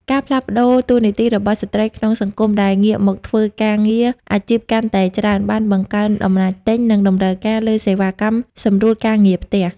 ការផ្លាស់ប្តូរតួនាទីរបស់ស្ត្រីក្នុងសង្គម ដែលងាកមកធ្វើការងារអាជីពកាន់តែច្រើន បានបង្កើនអំណាចទិញ និងតម្រូវការលើសេវាកម្មសម្រួលការងារផ្ទះ។